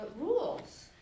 rules